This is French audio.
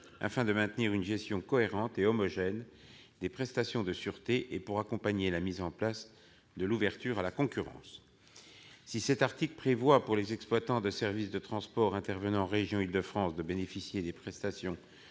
afin de maintenir une gestion cohérente et homogène des prestations de sûreté et d'accompagner l'ouverture à la concurrence. Cet article prévoit que les exploitants de services de transport intervenant en région Île-de-France pourront bénéficier de prestations